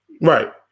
Right